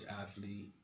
athlete